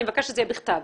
אני מבקש שזה יהיה בכתב.